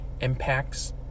impacts